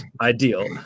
ideal